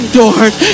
doors